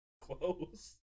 Close